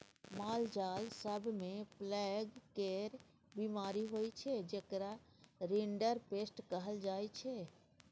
मालजाल सब मे प्लेग केर बीमारी होइ छै जेकरा रिंडरपेस्ट कहल जाइ छै